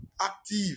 active